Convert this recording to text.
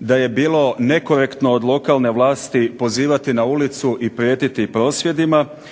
da je bilo nekorektno od lokalne vlasti pozivati na ulicu i prijetiti prosvjedima